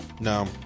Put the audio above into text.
No